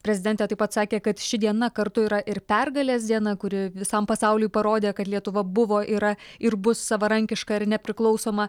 prezidentė taip pat sakė kad ši diena kartu yra ir pergalės diena kuri visam pasauliui parodė kad lietuva buvo yra ir bus savarankiška ir nepriklausoma